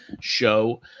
show